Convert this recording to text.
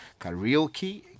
karaoke